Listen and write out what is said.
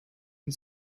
and